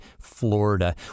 Florida